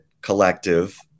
collective